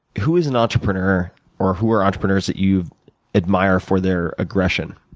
who is an entrepreneur or who are entrepreneurs that you admire for their aggression?